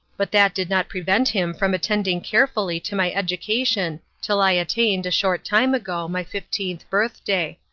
but that did not prevent him from attending carefully to my education till i attained, a short time ago, my fifteenth birthday.